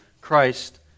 Christ